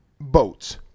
boats